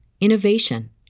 innovation